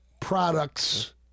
products